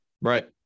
Right